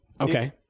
Okay